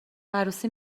عروسی